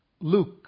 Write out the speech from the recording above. Luke